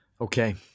Okay